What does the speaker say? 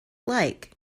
like